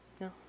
No